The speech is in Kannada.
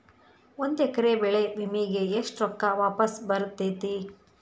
ಒಂದು ಎಕರೆ ಬೆಳೆ ವಿಮೆಗೆ ಎಷ್ಟ ರೊಕ್ಕ ವಾಪಸ್ ಬರತೇತಿ?